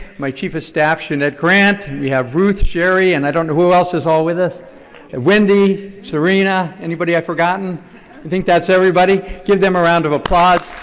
my chief of staff, so and and we have ruth, jerry, and i don't know who else is all with us wendy, serena, anybody i've forgotten? i think that's everybody. give them a round of applause.